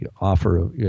offer